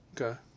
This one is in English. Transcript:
Okay